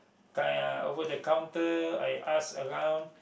kind ah over the counter I ask around